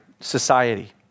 society